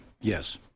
Yes